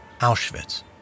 Auschwitz